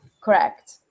Correct